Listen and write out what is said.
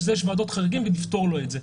בשביל זה יש ועדות חריגים ונפתור לו את זה.